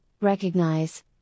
recognize